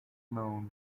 known